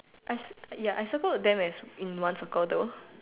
I ya I circle them as in one circle though